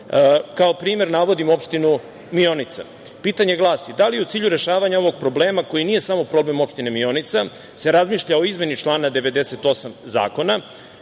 Kao primer navodim opštinu Mionica. Pitanje glasi – da li u cilju rešavanja ovog problema koji nije samo problem opštine Mionica se razmišlja o izmeni člana 98. zakona?